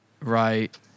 right